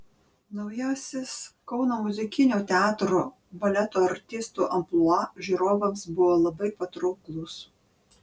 naujasis kauno muzikinio teatro baleto artistų amplua žiūrovams buvo labai patrauklus